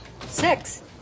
Six